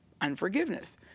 unforgiveness